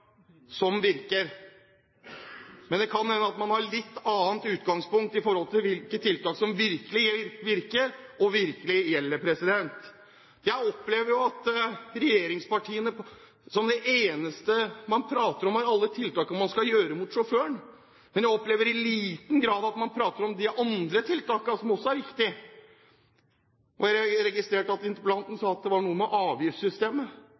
som virker. Men det kan hende at man har et litt annet utgangspunkt i forhold til hvilke tiltak som virkelig virker, og virkelig gjelder. Jeg opplever jo regjeringspartiene slik at det eneste de prater om, er alle tiltakene man skal sette inn overfor sjåføren, men jeg opplever i liten grad at man prater om de andre tiltakene, som også er viktige. Jeg registrerte at interpellanten sa at det var noe med avgiftssystemet.